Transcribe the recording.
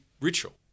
ritual